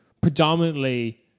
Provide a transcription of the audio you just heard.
predominantly